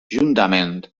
juntament